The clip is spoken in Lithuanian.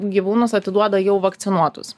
gyvūnus atiduoda jau vakcinuotus